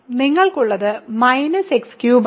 നിങ്ങൾക്കുള്ളത് -x3 ആണ്